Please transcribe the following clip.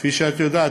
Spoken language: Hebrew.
כפי שאת יודעת,